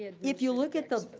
and if you look at the,